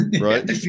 Right